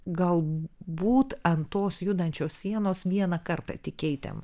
gal būt ant tos judančios sienos vieną kartą tik keitėm